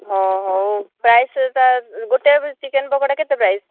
ହଁ ହେଉ ପ୍ରାଇସ୍ ସେହିଟା ଗୋଟିଏ ଚିକେନ ପକୋଡ଼ା କେତେ ପ୍ରାଇସ୍